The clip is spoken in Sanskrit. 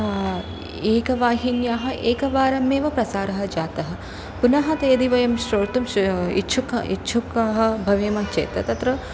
एकवाहिन्याः एकवारमेव प्रसारः जातः पुनः ते यदि वयं श्रोतुं श इच्छुकाः इच्छुकाः भवेम चेत् तत्र